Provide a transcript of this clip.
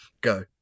go